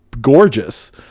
Gorgeous